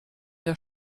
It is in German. der